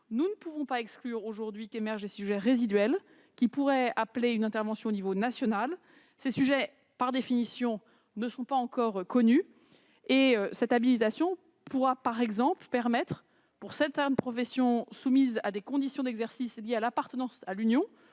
nous ne pouvons pas exclure aujourd'hui l'émergence de sujets résiduels, qui pourraient nécessiter une intervention au niveau national, mais qui, par définition, ne sont pas encore connus. Cette habilitation permettra, par exemple, à certaines professions soumises à des conditions d'exercice liées à l'appartenance à l'Union-